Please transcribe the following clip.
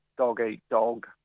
dog-eat-dog